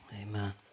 Amen